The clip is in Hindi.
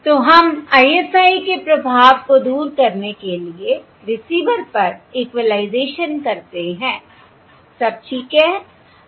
तो हम ISI के प्रभाव को दूर करने के लिए रिसीवर पर इक्वलाइजेशन करते हैं सब ठीक है